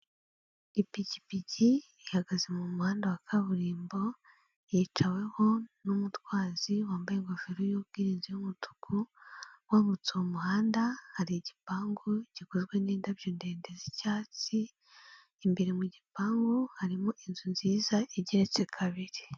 Ipikipiki ihagaze mu muhanda wa kaburimbo, yicaweho n'umutwazi wambaye ingofero y'ubwirinzi y'umutuku, wambutse uwo muhanda hari igipangu gikozwe n'indabyo ndende z'icyatsi, imbere mu gipangu harimo inzu nziza igeretse kabiri.